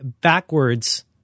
backwards